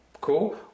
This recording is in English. cool